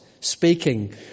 speaking